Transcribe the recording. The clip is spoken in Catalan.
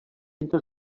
entre